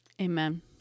Amen